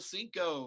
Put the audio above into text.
Cinco